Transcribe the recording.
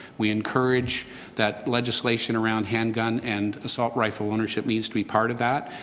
we encourage that legislation around handgun and assault rifle ownership needs to be part of that,